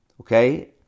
okay